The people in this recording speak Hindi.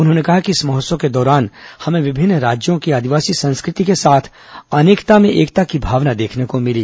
उन्होंने कहा कि इस महोत्सव के दौरान हमें विभिन्न राज्यों की आदिवासी संस्कृति के साथ अनेकता में एकता की भावना देखने को मिली